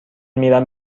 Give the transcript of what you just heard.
میرم